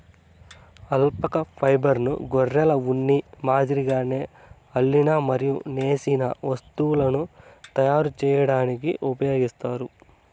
alpaca ఫైబర్ను గొర్రెల ఉన్ని మాదిరిగానే అల్లిన మరియు నేసిన వస్తువులను తయారు చేయడానికి ఉపయోగిస్తారు